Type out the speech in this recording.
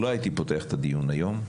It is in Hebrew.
לא הייתי פותח את הדיון היום.